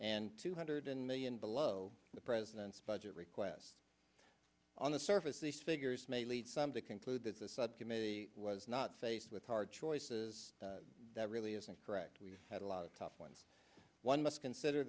and two hundred million below the president's budget request on the surface these figures may lead some to conclude that the subcommittee was not faced with hard choices that really isn't correct we've had a lot of tough ones one must consider